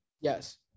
Yes